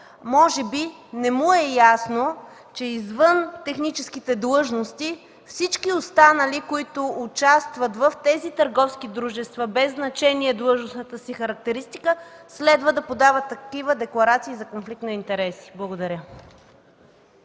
може би не му е ясно, че извън техническите длъжности всички останали, участващи в тези търговски дружества, без значение от длъжностната си характеристика, следва да подават такива декларации за конфликт на интереси. Благодаря.